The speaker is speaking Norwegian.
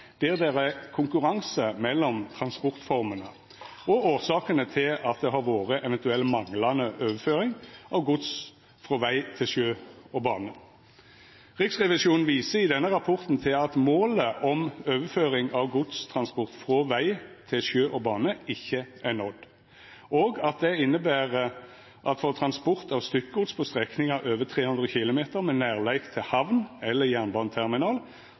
der det er konkurranse mellom transportformene, og årsakene til at det har vore eventuell manglande overføring av gods frå veg til sjø og bane. Riksrevisjonen viser i denne rapporten til at målet om overføring av godstransport frå veg til sjø og bane ikkje er nådd. Det inneber at for transport av stykkgods på strekningar over 300 km med nærleik til hamn eller jernbaneterminal